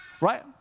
Right